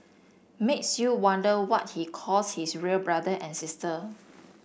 makes you wonder what he calls his real brother and sister